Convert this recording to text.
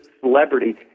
celebrity